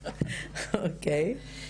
אוקיי?